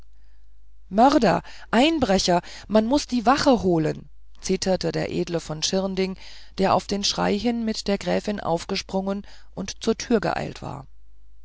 mörder einbrecher man muß die wache holen zeterte der edle von schirnding der auf den schrei hin mit der gräfin aufgesprungen und zur tür geeilt war